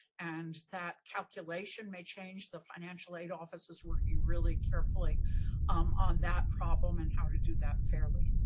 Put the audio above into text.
and that calculation may change. the financial aid office is working really carefully um on that problem and how to do that fairly.